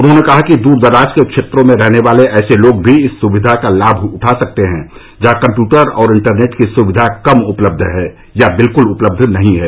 उन्होंने कहा कि दूर दराज के क्षेत्रों में रहने वाले ऐसे लोग भी इस सुविधा का लाभ उठा सकते हैं जहां कम्प्यूटर और इंटरनेट की सुविधा कम उपलब्ध है या बिलक्ल उपलब्ध नहीं है